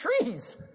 trees